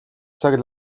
цаг